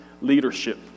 leadership